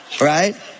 Right